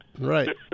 right